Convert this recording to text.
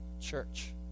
church